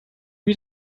wie